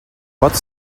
pats